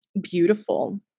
beautiful